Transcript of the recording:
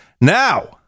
Now